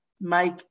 make